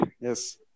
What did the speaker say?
Yes